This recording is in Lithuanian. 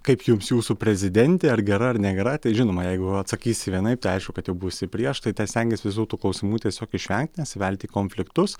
kaip jums jūsų prezidentė ar gera ar negera tai žinoma jeigu atsakysi vienaip tai aišku kad jau būsi prieš tai ten stengies visų tų klausimų tiesiog išvengti nesivelti į konfliktus